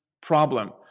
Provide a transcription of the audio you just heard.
problem